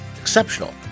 exceptional